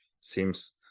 seems